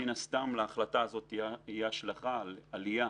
מן הסתם להחלטה הזאת תהיה השלכה של עלייה